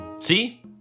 See